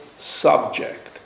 subject